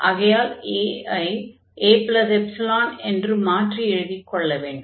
ஆகையால் a ஐ aϵ என்று மாற்றி எழுதிக் கொள்ள வேண்டும்